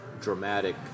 dramatic